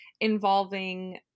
involving